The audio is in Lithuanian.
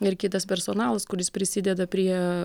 ir kitas personalas kuris prisideda prie